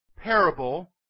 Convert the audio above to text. parable